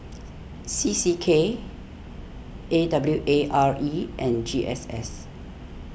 C C K A W A R E and G S S